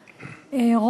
תודה,